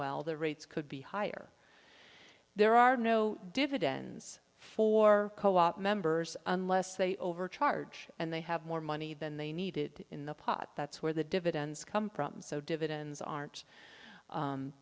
well the rates could be higher there are no dividends for co op members unless they overcharge and they have more money than they needed in the pot that's where the dividends come from so dividends aren't